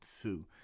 two